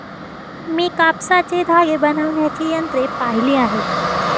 मी कापसाचे धागे बनवण्याची यंत्रे पाहिली आहेत